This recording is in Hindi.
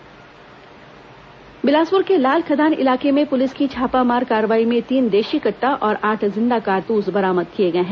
कट्टा कारतूस बरामद बिलासपुर के लाल खदान इलाके में पुलिस की छापामार कार्रवाई में तीन देशी कट्टा और आठ जिंदा कारतूस बरामद किए गए हैं